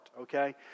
okay